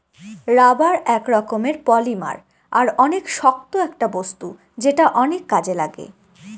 rubber এক রকমের polymer আর অনেক শক্ত একটা বস্তু যেটা অনেক কাজে লাগে